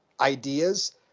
ideas